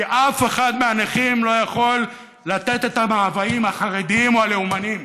כי אף אחד מהנכים לא יכול לתת את המאוויים החרדיים או הלאומניים,